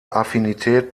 affinität